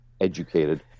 educated